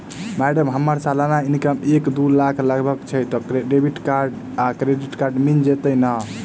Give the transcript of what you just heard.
Madam हम्मर सलाना income एक दु लाख लगभग छैय तऽ डेबिट कार्ड आ क्रेडिट कार्ड मिल जतैई नै?